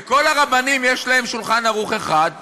וכל הרבנים יש להם "שולחן ערוך" אחד,